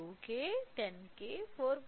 2K 10K 4